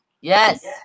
Yes